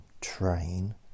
train